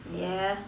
ya